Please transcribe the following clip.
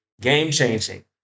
game-changing